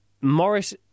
Morris